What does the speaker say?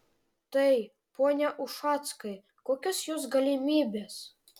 tai pone ušackai kokios jos galimybės